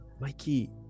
mikey